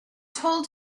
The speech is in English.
told